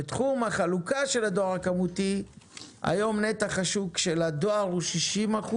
בתחום החלוקה של הדואר הכמותי היום נתח השוק של הדואר הוא 60%